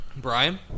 Brian